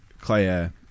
Claire